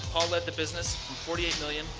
paul led the business from forty eight million,